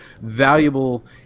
valuable